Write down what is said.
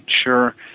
sure